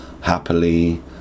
happily